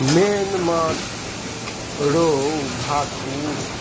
मेन माछ रोहु भाकुर